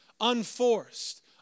unforced